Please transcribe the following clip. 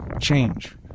change